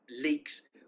leaks